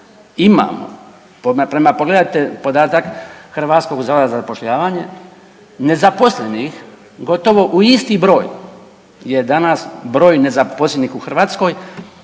imamo pogledajte podatak Hrvatskog zavoda za zapošljavanje nezaposlenih gotovo u isti broj je danas broj nezaposlenih u Hrvatskoj